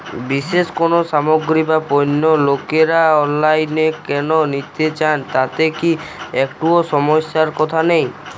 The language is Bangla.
বিশেষ কোনো সামগ্রী বা পণ্য লোকেরা অনলাইনে কেন নিতে চান তাতে কি একটুও সমস্যার কথা নেই?